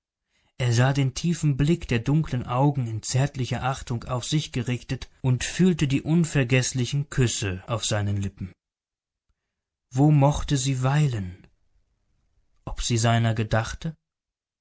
er sah den tiefen blick der dunklen augen in zärtlicher achtung auf sich gerichtet und fühlte die unvergeßlichen küsse auf seinen lippen wo mochte sie weilen ob sie seiner gedachte